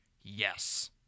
yes